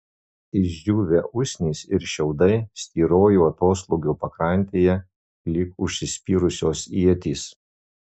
išdžiūvę usnys ir šiaudai styrojo atoslūgio pakrantėje lyg užsispyrusios ietys